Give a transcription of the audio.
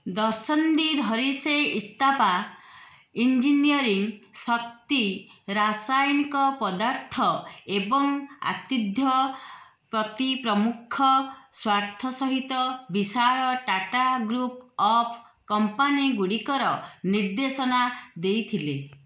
ଦଶନ୍ଧି ଧରି ସେ ଇସ୍ତପା ଇଞ୍ଜିନିୟରିଂ ଶକ୍ତି ରାସାୟନିକ ପଦାର୍ଥ ଏବଂ ଆତିଧ୍ୟ୍ୟ ପ୍ରତି ପ୍ରମୁଖ ସ୍ୱାର୍ଥ ସହିତ ବିଶାଳ ଟାଟା ଗ୍ରୁପ୍ ଅଫ୍ କମ୍ପାନୀ ଗୁଡ଼ିକର ନିର୍ଦ୍ଦେଶନା ଦେଇଥିଲେ